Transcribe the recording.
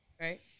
right